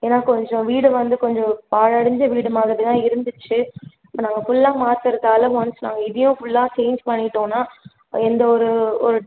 ஏன்னால் கொஞ்சம் வீடு வந்து கொஞ்சம் பாழடைஞ்ச வீடு மாதிரி தான் இருந்துச்சு இப்போ நாங்கள் ஃபுல்லாக மாற்றுறதால ஒன்ஸ் நாங்கள் இதையும் ஃபுல்லாக சேஞ்ச் பண்ணிவிட்டோம்னா எந்த ஒரு ஒரு